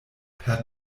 per